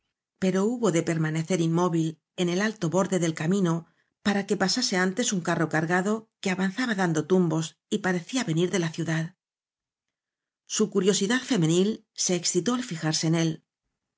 pero hubo de perma necer inmóvil en el alto borde del camino para que pasase antes un carro cargado que avan zaba dando tumbos y parecía venir de la ciudad su curiosidad femenil se excitó al fijarse en él